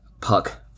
puck